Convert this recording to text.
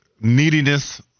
neediness